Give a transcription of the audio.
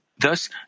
Thus